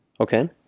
Okay